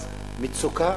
אז מצוקה,